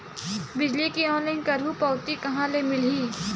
बिजली के ऑनलाइन करहु पावती कहां ले मिलही?